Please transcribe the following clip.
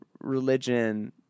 religion